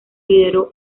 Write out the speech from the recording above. lideró